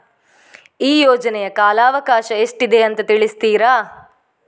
ಈ ಯೋಜನೆಯ ಕಾಲವಕಾಶ ಎಷ್ಟಿದೆ ಅಂತ ತಿಳಿಸ್ತೀರಾ?